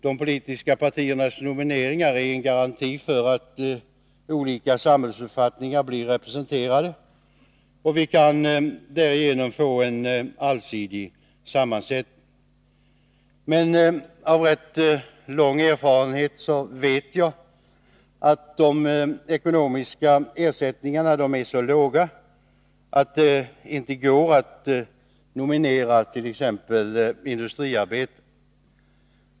De politiska partiernas nomineringar är en garanti för att olika samhällsuppfattningar blir representerade, och vi kan därigenom få en allsidig sammansättning. Men av rätt lång erfarenhet vet jag att de ekonomiska ersättningarna är så låga att det inte går att nominera t.ex. industriarbetare.